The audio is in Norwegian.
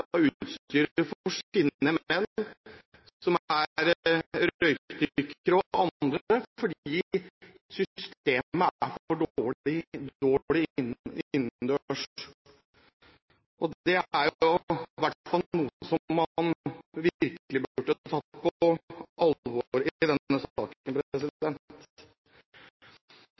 menn som er røykdykkere, og andre skal bruke dette utstyret, fordi systemet er for dårlig til å bruke innendørs. Det er i hvert fall noe man virkelig burde tatt på alvor i denne